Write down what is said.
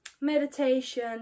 meditation